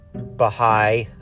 Baha'i